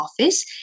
office